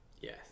Yes